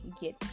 get